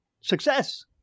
Success